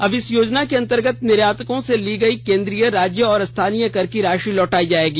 अब इस योजना के अंतर्गत निर्यातकों से ली गई केंद्रीय राज्य और स्थानीय कर की राशि लौटाई जाएगी